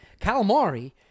Calamari